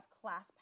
class